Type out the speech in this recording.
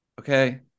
Okay